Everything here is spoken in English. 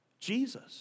Jesus